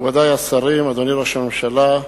מכובדי השרים, אדוני ראש הממשלה,